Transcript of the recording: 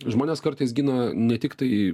žmonės kartais gina ne tik tai